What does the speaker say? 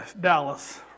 Dallas